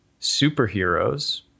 superheroes